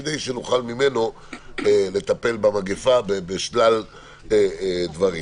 כדי שנוכל ממנו לטפל במגפה בשלל דברים.